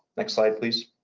next slide, please.